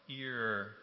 ear